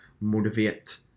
motivate